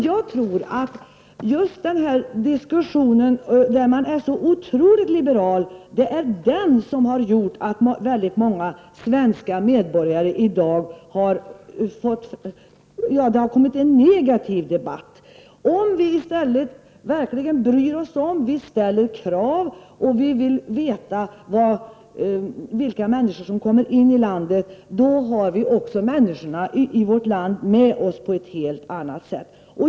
Jag tror att just den diskussionen, där man är så oerhört liberal, har gjort att vi har fått en negativ debatt. Om vi i stället verkligen bryr oss om, ställer krav och vill veta vilka människor som kommer in i landet, får vi också människorna i vårt land med oss på ett helt annat sätt.